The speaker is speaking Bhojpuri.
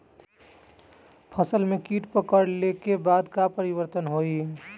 फसल में कीट पकड़ ले के बाद का परिवर्तन होई?